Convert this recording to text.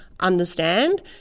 understand